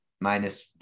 minus